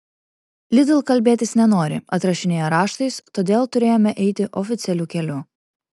lidl kalbėtis nenori atsirašinėja raštais todėl turėjome eiti oficialiu keliu